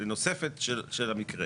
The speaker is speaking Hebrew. מהנוסח המקורי שהציעה הממשלה.